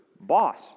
boss